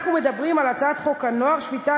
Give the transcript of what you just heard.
אנחנו מדברים על הצעת חוק הנוער (שפיטה,